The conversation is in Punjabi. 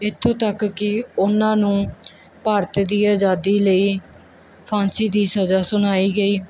ਇੱਥੋਂ ਤੱਕ ਕਿ ਉਹਨਾਂ ਨੂੰ ਭਾਰਤ ਦੀ ਆਜ਼ਾਦੀ ਲਈ ਫਾਂਸੀ ਦੀ ਸਜ਼ਾ ਸੁਣਾਈ ਗਈ